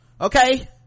okay